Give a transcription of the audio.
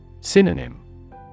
Synonym